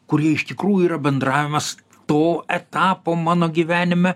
kurie iš tikrųjų yra bendravimas to etapo mano gyvenime